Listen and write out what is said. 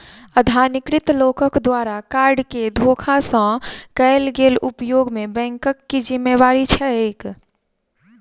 अनाधिकृत लोकक द्वारा कार्ड केँ धोखा सँ कैल गेल उपयोग मे बैंकक की जिम्मेवारी छैक?